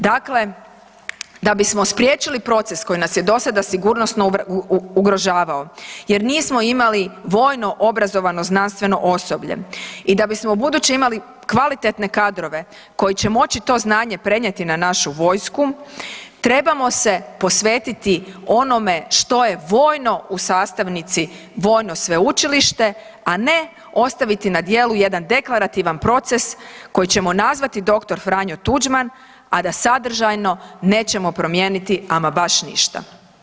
Dakle, da bismo spriječili proces koji nas je dosada sigurnosno ugrožavao jer nismo imali vojno obrazovano znanstveno osoblje i da bismo ubuduće imali kvalitetne kadrove koji će moći to znanje prenijeti na našu vojsku trebamo se posvetiti onome što je vojno u sastavnici vojno sveučilište, a ne ostaviti na djelu jedan deklarativan proces koji ćemo nazvati Dr. Franjo Tuđman, a da sadržajno nećemo promijeniti ama baš ništa.